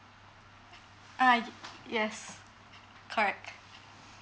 ah yes correct